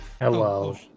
Hello